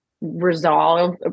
resolve